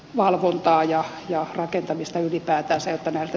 valvontaa ja ja rakentamista ylipäätänsä jotta näiltä